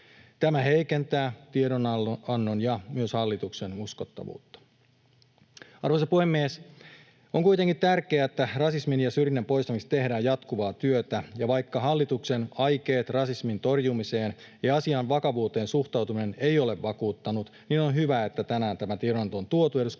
Tämä heikentää tiedonannon ja myös hallituksen uskottavuutta. Arvoisa puhemies! On kuitenkin tärkeätä, että rasismin ja syrjinnän poistamiseksi tehdään jatkuvaa työtä, ja vaikka hallituksen aikeet rasismin torjumiseen ja suhtautuminen asian vakavuuteen eivät ole vakuuttaneet, niin on hyvä, että tänään tämä tiedonanto on tuotu eduskunnan